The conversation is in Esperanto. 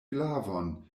glavon